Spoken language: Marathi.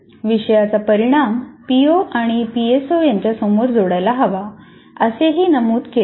विषयाचा परिणाम पीओ आणि पीएसओ यांच्याबरोबर जोडायला हवा असेही नमूद केले होते